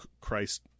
Christ